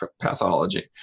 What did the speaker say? pathology